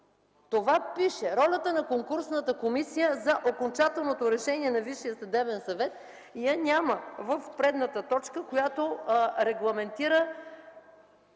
Това пише! Ролята на конкурсната комисия за окончателното решение на Висшия съдебен съвет я няма в предната точка, която регламентира